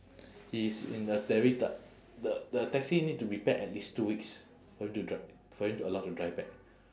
he's in the t~ the the taxi need to repair at least two weeks for him to dri~ for him to allow to drive back